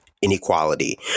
Inequality